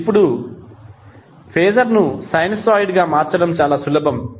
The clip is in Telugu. ఇప్పుడు ఫేజర్ ను సైనూసోయిడ్ గా మార్చడం చాలా సులభం